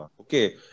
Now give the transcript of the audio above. okay